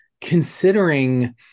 considering